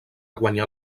guanyar